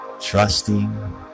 Trusting